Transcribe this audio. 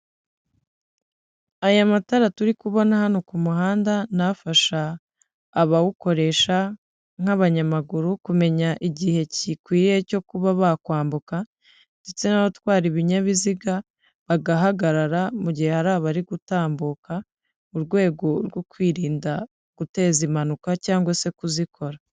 Aya matara turi kubona hano ku muhanda, ni afasha abawukoresha nk'abanyamaguru kumenya igihe gikwiye cyo kuba bakwambuka, ndetse n'abatwara ibinyabiziga, bagahagarara mu gihe hari abari gutambuka, mu rwego rwo kwirinda guteza impanuka cyangwa se kuzikora.